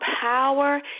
power